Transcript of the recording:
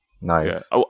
Nice